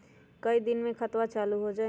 कई दिन मे खतबा चालु हो जाई?